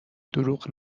دروغ